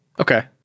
Okay